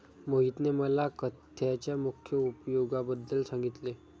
मोहितने मला काथ्याच्या मुख्य उपयोगांबद्दल सांगितले